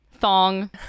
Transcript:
thong